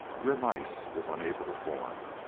rim-ice was unable to form.